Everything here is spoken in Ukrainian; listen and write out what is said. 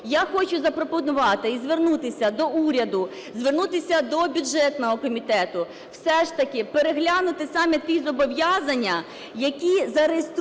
Я хочу запропонувати і звернутися до уряду, звернутися до бюджетного комітету: все ж таки переглянути саме ті зобов'язання, які зареєстровані